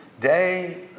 day